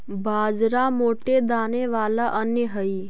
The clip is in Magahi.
बाजरा मोटे दाने वाला अन्य हई